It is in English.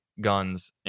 guns